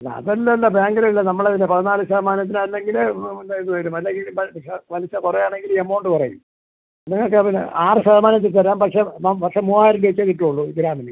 അതല്ലല്ലോ ബാങ്കിൽ അല്ലേ നമ്മളതിൽ പതിനാല് ശതമാനത്തിന് അല്ലെങ്കിൽ പിന്നെ ഇത് വരും അല്ലെങ്കിൽ പലിശ കുറയുകയാണെങ്കിൽ എമൗണ്ട് കുറയും നിങ്ങൾക്ക് പിന്നെ ആറ് ശതമാനത്തിന് തരാം പക്ഷെ പക്ഷെ മുവ്വായിരം രൂപ വച്ചേ കിട്ടൂള്ളൂ ഗ്രാമിന്